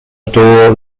door